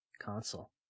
console